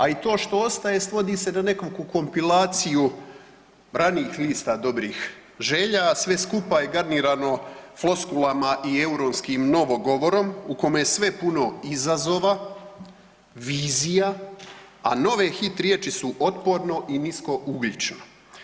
A i to što ostaje svodi se na nekakvu kompilaciju ranijih lista dobrih želja, a sve skupa je garnirano floskulama i europskim novo govorom u kome je sve puno izazova, vizija a nove hit riječi su otporno i nisko ugljično.